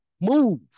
move